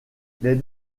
les